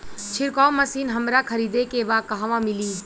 छिरकाव मशिन हमरा खरीदे के बा कहवा मिली?